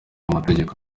amategeko